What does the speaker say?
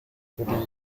kurya